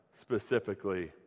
specifically